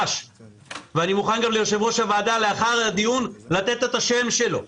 ואני מוכן ליושב-ראש הוועדה לאחר הדיון לתת את שמו.